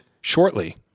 shortly